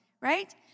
right